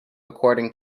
according